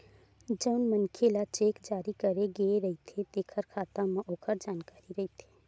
जउन मनखे ल चेक जारी करे गे रहिथे तेखर खाता म ओखर जानकारी रहिथे